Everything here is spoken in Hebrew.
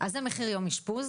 אז זה מחיר יום אשפוז.